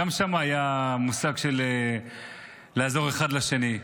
גם שם היה מושג של לעזור אחד לשני.